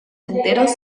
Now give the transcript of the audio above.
enteros